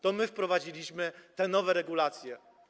To my wprowadziliśmy te nowe regulacje.